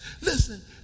Listen